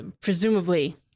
presumably